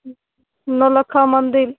नौलखा मंदिल